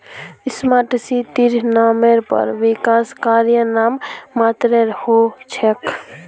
smart सिटीर नामेर पर विकास कार्य नाम मात्रेर हो छेक